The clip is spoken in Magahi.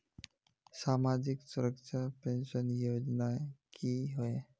सामाजिक सुरक्षा पेंशन योजनाएँ की होय?